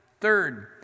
Third